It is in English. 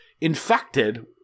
infected